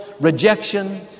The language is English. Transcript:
rejection